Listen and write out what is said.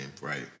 right